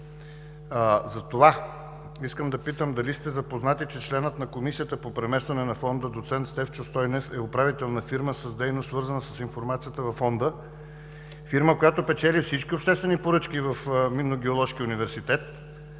Затова искам да питам дали сте запознати, че членът на Комисията по преместване на фонда – доц. Стефчо Стойнев, е управител на фирма с дейност, свързана с информацията във фонда, фирма, която печели всички обществени поръчки в Минно-геоложкия университет.